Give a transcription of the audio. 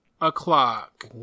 o'clock